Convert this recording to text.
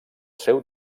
seu